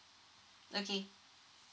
okay